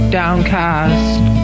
downcast